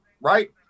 right